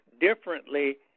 differently